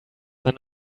than